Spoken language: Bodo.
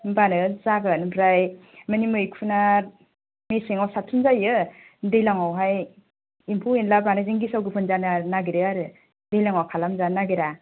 होमबानो जागोन आमफ्राय माने मैखुना मेसेंयाव साबसिन जायो दैलांयाव हाय एम्फौ एन्ला बानायजों गेसाव गोफोन जानो नागिरो आरो दैलांयाव खालाम जानो नागिरा